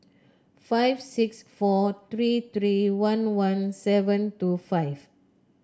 five six four three three one one seven two five